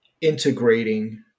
integrating